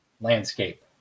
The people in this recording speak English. landscape